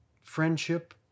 friendship